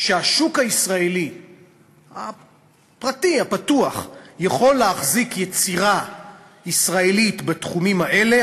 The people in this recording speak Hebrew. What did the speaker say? שהשוק הישראלי הפרטי הפתוח יכול להחזיק יצירה ישראלית בתחומים האלה,